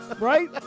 right